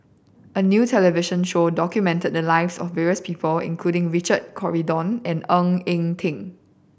a new television show documented the lives of various people including Richard Corridon and Ng Eng Teng